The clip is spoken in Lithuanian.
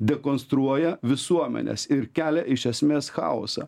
dekonstruoja visuomenes ir kelia iš esmės chaosą